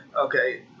Okay